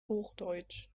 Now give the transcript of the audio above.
hochdeutsch